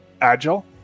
agile